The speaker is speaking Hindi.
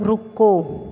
रुको